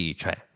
cioè